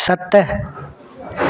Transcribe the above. सत